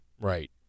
Right